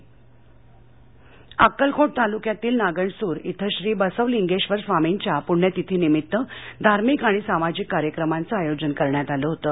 प्ण्यतिथी अक्कलकोट तालुक्यातील नागणसूर इथं श्री बसवलिंगेश्वर स्वामींच्या पूण्यतिथीनिमित्त धार्मिक आणि सामाजिक कार्यक्रमांचं आयोजन करण्यात आलं होतं